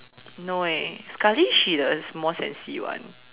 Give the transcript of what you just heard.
no eh sekali she the more sensi one